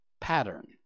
pattern